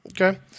Okay